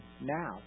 now